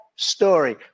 Story